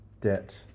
debt